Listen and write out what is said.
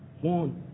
one